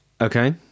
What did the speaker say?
Okay